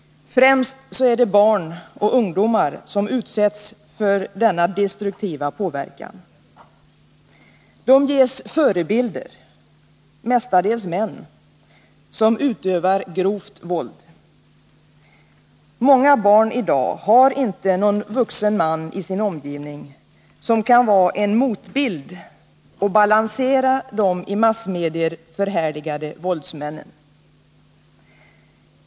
Främst är det barn och ungdomar som utsätts för denna destruktiva påverkan. De ges förebilder — mestadels män — som utövar grovt våld. Många barn i dag har inte någon vuxen man i sin omgivning som kan vara en motbild och balansera de i massmedier förhärligade våldsmännen.